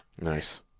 Nice